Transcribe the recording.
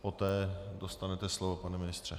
Poté dostanete slovo, pane ministře.